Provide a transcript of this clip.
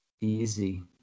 easy